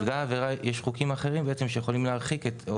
יש חוקים אחרים שיכולים להרחיק אותו